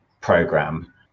program